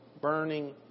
burning